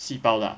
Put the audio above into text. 细胞 lah